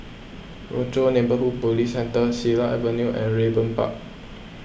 Rochor Neighborhood Police Centre Silat Avenue and Raeburn Park